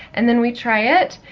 and then we try it,